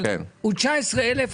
אבל הוא 19,000,